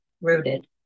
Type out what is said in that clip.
rooted